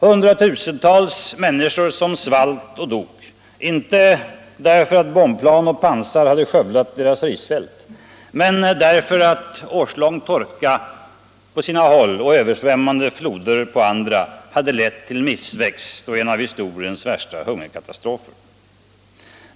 Hundratusentals människor som svalt och dog, inte därför att bombplan och pansar skövlat deras risfält utan därför att årslång torka på sina håll och översvämmande floder på andra hade lett till missväxt och en av historiens värsta hungerkatastrofer.